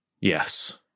Yes